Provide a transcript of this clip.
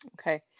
Okay